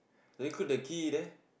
recruit the key there